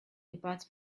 about